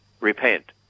repent